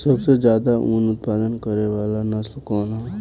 सबसे ज्यादा उन उत्पादन करे वाला नस्ल कवन ह?